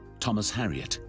thomas harriot,